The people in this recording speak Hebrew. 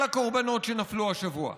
וחמאס מונע את העברתו של ציוד רפואי.